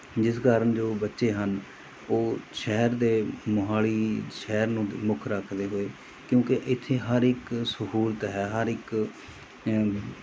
ਜਿਸ ਕਾਰਨ ਜੋ ਬੱਚੇ ਹਨ ਉਹ ਸ਼ਹਿਰ ਦੇ ਮੋਹਾਲੀ ਸ਼ਹਿਰ ਨੂੰ ਮੁੱਖ ਰੱਖਦੇ ਹੋਏ ਕਿਉਂਕਿ ਇੱਥੇ ਹਰ ਇੱਕ ਸਹੂਲਤ ਹੈ ਹਰ ਇੱਕ